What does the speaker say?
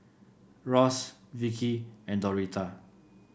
Ross Vicky and Doretha